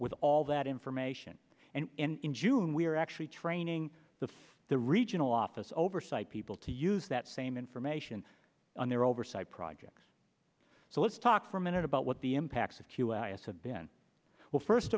with all that information and in june we're actually training the the regional office oversight people to use that same information on their oversight projects so let's talk for a minute about what the impacts of us have been well first